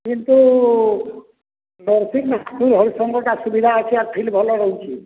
କିନ୍ତୁ ନୃସିଂହନାଥ ହରିଶଙ୍କରଟା ସୁବିଧା ଅଛି ଫିଲ୍ଡ଼ ଭଲ ରହୁଛି